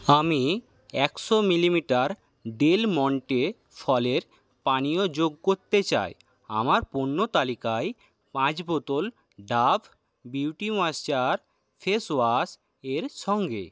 আমি একশো millimetre Del Monte ফলের পানীয় যোগ করতে চাই আমার পণ্য তালিকায় পাঁচ বোতল ডাভ বিউটি ময়েশ্চার ফেস ওয়াশের সঙ্গে